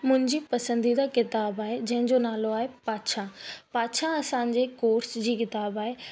मुंहिंजी पसंदीदा किताबु आहे जंहिंजो नालो आहे पाछा पाछा असांजे कोर्स जी किताबु आहे